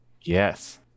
Yes